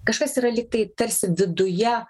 kažkas yra lygtai tarsi viduje